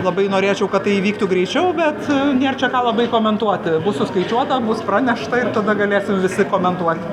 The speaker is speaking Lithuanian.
labai norėčiau kad tai įvyktų greičiau bet nėr čia ką labai komentuoti bus suskaičiuota bus pranešta ir tada galėsim visi komentuot